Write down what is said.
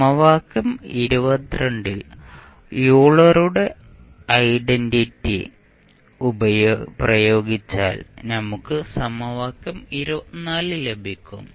സമവാക്യം ൽ യൂലറുടെ ഐഡന്റിറ്റി Euler's identity പ്രയോഗിച്ചാൽ നമുക്ക് സമവാക്യം ലഭിക്കും